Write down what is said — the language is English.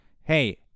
hey